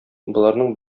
боларның